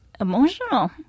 emotional